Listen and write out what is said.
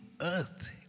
earth